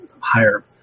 higher